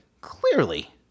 Clearly